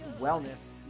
wellness